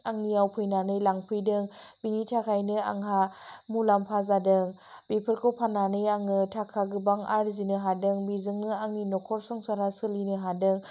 आंनियाव फैनानै लांफैदों बिनि थाखायनो आंहा मुलाम्फा जादों बिफोरखौ फान्नानै आङो थाका गोबां आरजिनो हादों बिजोंनो आंनि नखर संसारा सोलिनो हादों